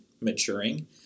maturing